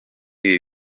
ibi